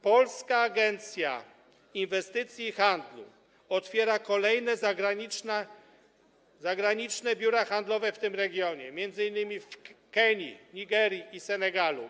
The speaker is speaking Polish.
Polska Agencja Inwestycji i Handlu otwiera kolejne zagraniczne biura handlowe w tym regionie, m.in. w Kenii, Nigerii i Senegalu.